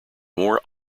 more